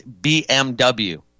BMW